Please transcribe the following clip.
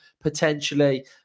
potentially